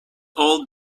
all